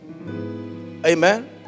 Amen